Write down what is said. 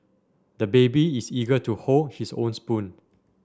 the baby is eager to hold his own spoon